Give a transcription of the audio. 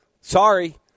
Sorry